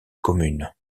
commune